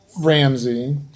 Ramsey